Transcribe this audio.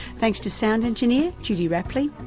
thanks to sound engineer judy rapley.